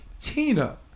Tina